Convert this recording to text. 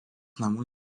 namų